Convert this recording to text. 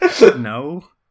No